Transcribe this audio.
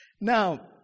Now